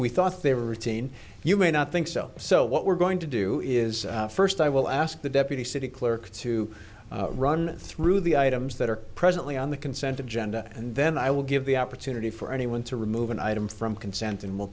we thought they were routine you may not think so so what we're going to do is first i will ask the deputy city clerk to run through the items that are presently on the consent of gender and then i will give the opportunity for anyone to remove an item from consent and we'll